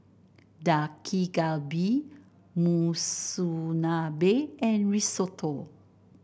Dak Galbi Monsunabe and Risotto